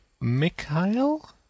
Mikhail